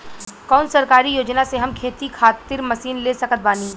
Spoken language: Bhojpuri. कौन सरकारी योजना से हम खेती खातिर मशीन ले सकत बानी?